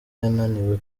yananiwe